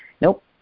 Nope